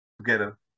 together